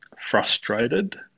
frustrated